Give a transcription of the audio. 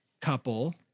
couple